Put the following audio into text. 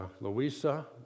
Louisa